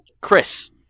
chris